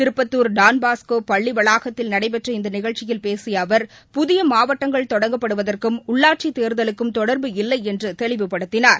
திருப்பத்துர் டான்பாஸ்கோபள்ளிவளாகத்தில் நடைபெற்ற இந்தநிகழ்ச்சியில் பேசியஅவர் புதியமாவட்டங்கள் தொடங்கப்படுவதற்கும் உள்ளாட்சிதேர்தலுக்கும் தொடர்பு இல்லைஎன்றுதெளிவுபடுத்தினார்